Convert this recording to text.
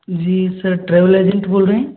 जी sir travel agent बोल रहे हैं